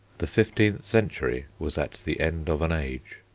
the fifteenth century was at the end of an age.